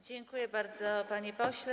Dziękuję bardzo, panie pośle.